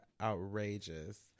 outrageous